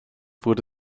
wurde